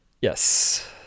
Yes